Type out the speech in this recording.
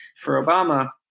for obama,